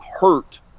hurt